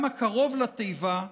גם הקרוב לתיבה,